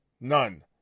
None